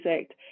Act